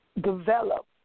develop